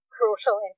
crucial